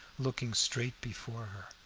looking straight before